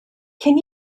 can